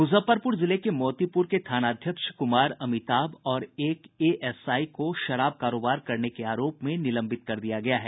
मुजफ्फरपुर जिले के मोतीपुर के थानाध्यक्ष कुमार अमिताभ और एक एएसआई को शराब कारोबार करने के आरोप में निलंबित कर दिया गया है